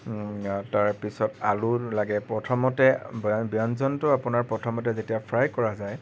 তাৰপিছত আলু লাগে প্ৰথমতে ব্যঞ্জনটো আপোনাৰ প্ৰথমতে যেতিয়া ফ্ৰাই কৰা যায়